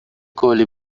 کولی